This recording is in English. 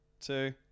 two